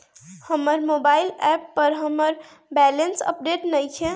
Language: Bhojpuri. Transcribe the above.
हमर मोबाइल ऐप पर हमर बैलेंस अपडेट नइखे